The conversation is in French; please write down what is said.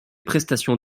prestations